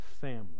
family